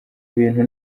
ibintu